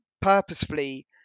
purposefully